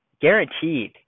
Guaranteed